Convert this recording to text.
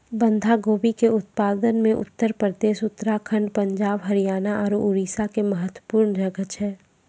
बंधा गोभी के उत्पादन मे उत्तर प्रदेश, उत्तराखण्ड, पंजाब, हरियाणा आरु उड़ीसा के महत्वपूर्ण जगह छै